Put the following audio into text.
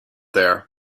there